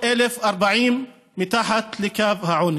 840,000 ילדים מתחת לקו העוני.